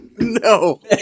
no